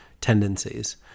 tendencies